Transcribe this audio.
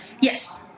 Yes